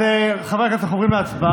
את לא